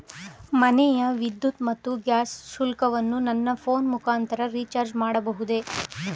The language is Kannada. ಮನೆಯ ವಿದ್ಯುತ್ ಮತ್ತು ಗ್ಯಾಸ್ ಶುಲ್ಕವನ್ನು ನನ್ನ ಫೋನ್ ಮುಖಾಂತರ ರಿಚಾರ್ಜ್ ಮಾಡಬಹುದೇ?